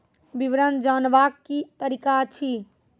विवरण जानवाक की तरीका अछि?